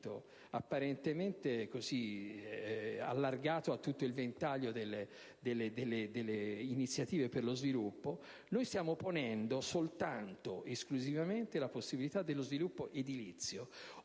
apparentemente così allargato a tutto il ventaglio delle iniziative per lo sviluppo, stiamo ponendo esclusivamente la possibilità dello sviluppo edilizio.